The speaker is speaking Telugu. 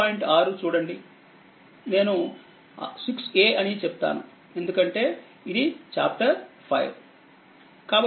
6 చూడండి నేను 6a అని చెప్తానుఎందుకంటే ఇది చాప్టర్ 5